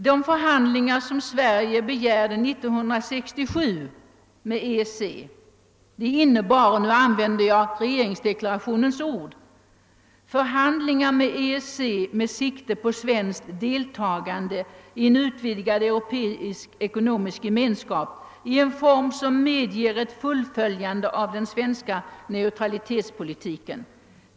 De förhandlingar som Sverige begärde med EEC 1967 innebar — och nu använder jag regeringsdeklarationens ord — förhandlingar med EEC med sikte på svenskt deltagande i en utvidgad europeisk ekonomisk gemenskap i en form som medger ett fullföljande av den svenska neutralitetspolitiken.